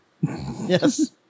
Yes